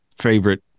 favorite